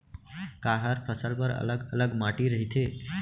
का हर फसल बर अलग अलग माटी रहिथे?